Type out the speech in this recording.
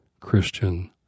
Christian